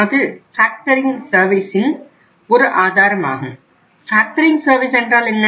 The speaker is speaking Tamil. அது ஃபேக்டரிங் சர்வீஸின் என்றால் என்ன